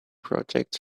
projects